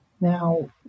Now